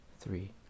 three